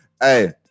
Hey